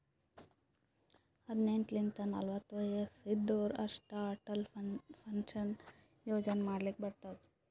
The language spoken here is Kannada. ಹದಿನೆಂಟ್ ಲಿಂತ ನಲ್ವತ ವಯಸ್ಸ್ ಇದ್ದೋರ್ ಅಷ್ಟೇ ಅಟಲ್ ಪೆನ್ಷನ್ ಯೋಜನಾ ಮಾಡ್ಲಕ್ ಬರ್ತುದ್